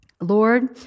Lord